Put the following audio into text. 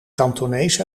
kantonees